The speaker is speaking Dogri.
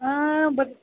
अ